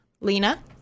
Lena